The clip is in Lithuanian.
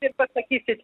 ir pasakysit